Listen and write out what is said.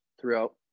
throughout